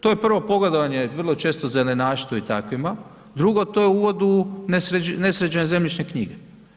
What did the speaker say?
To je prvo pogodovanje, vrlo često zelenaštvu i takvima, drugo, to je uvod u nesređene zemljišne knjige.